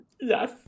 Yes